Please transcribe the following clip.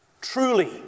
Truly